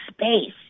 space